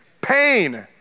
pain